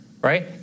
right